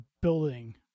building